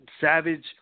Savage